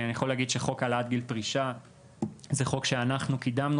חוק העלאת גיל פרישה זה חוק שאנחנו קידמנו